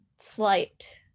slight